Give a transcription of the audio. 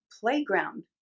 Playground